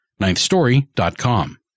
Ninthstory.com